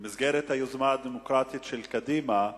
במסגרת היוזמה הדמוקרטית של קדימה,